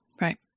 Right